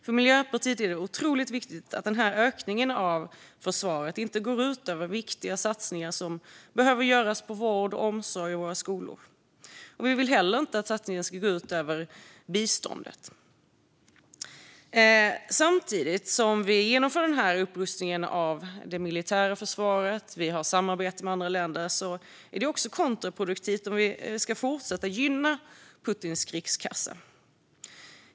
För Miljöpartiet är det otroligt viktigt att ökningen inte går ut över viktiga satsningar som behöver göras på vård, omsorg och skolor. Vi vill inte heller att satsningen ska gå ut över biståndet. Samtidigt som vi genomför denna upprustning av det militära försvaret och har samarbete med andra länder är det kontraproduktivt att fortsätta gynna Putins krigskassa.